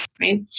right